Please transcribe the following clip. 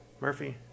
Murphy